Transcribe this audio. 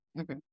okay